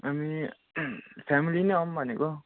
हामी फेमिली नै आउँ भनेको